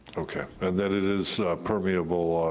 okay, and then it is permeable?